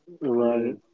Right